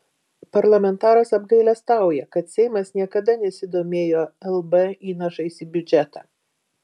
parlamentaras apgailestauja kad seimas niekada nesidomėjo lb įnašais į biudžetą